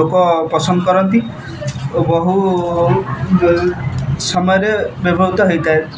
ଲୋକ ପସନ୍ଦ କରନ୍ତି ଓ ବହୁ ସମୟରେ ବ୍ୟବହୃତ ହେଇଥାଏ